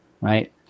right